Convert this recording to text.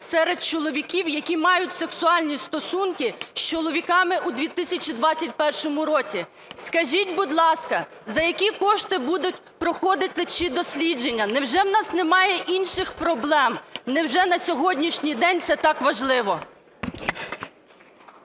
серед чоловіків, які мають сексуальні стосунки із чоловіками у 2021 році. Скажіть, будь ласка, за які кошти будуть проходити ці дослідження? Невже в нас немає інших проблем? Невже на сьогоднішній день це так важливо?